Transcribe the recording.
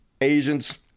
Asians